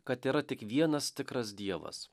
kad yra tik vienas tikras dievas